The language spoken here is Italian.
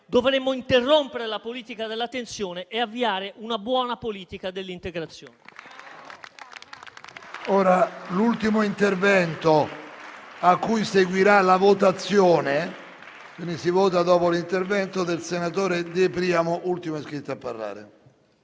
dovremmo interrompere la politica della tensione e avviare una buona politica dell'integrazione.